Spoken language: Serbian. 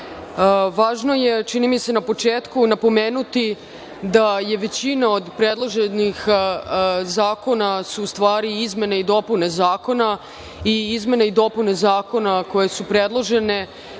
je, čini mi se, na početku napomenuti da većina od predloženih zakona su u stvari izmene i dopune zakona i izmene i dopune zakona koje su predložene